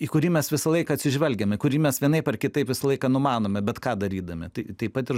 į kurį mes visą laik atsižvelgiame į kurį mes vienaip ar kitaip visą laiką numanome bet ką darydami tai taip pat ir